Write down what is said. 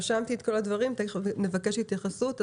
רשמתי את כל הדברים, נבקש התייחסות.